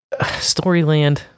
Storyland